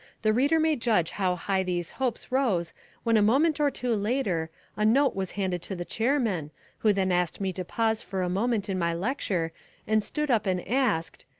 the reader may judge how high these hopes rose when a moment or two later a note was handed to the chairman who then asked me to pause for a moment in my lecture and stood up and asked,